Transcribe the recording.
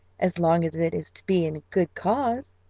as long as it is to be in a good cause.